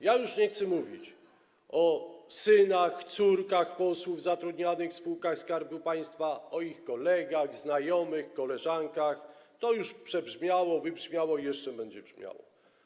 Ja już nie chcę mówić... [[Ha, ha, ha.]] ...o synach, córkach posłów zatrudnianych w spółkach Skarbu Państwa, o ich kolegach, znajomych, koleżankach, to już przebrzmiało, wybrzmiało i jeszcze będzie brzmiało.